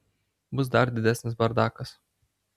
bus dar didesnis bardakas